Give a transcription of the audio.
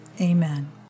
Amen